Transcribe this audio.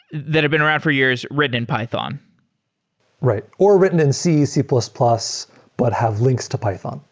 that have been around for years written in python right, or written in c, c plus plus but have links to python.